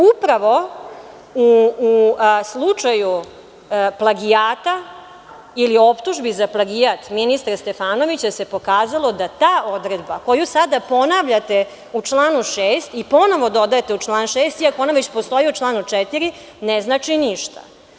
Upravo u slučaju plagijata ili optužbi za plagijat, ministra Stefanovića, se pokazalo da ta odredba koju sada ponavljate u članu 6. i ponovo dodajete u član 6. iako ona već postoji u članu 4. ne znači ništa.